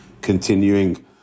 continuing